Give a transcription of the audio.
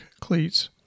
cleats